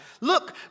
Look